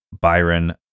Byron